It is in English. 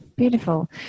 Beautiful